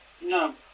No